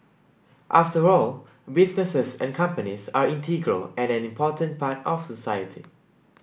after all businesses and companies are integral and an important part of society